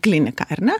kliniką ar ne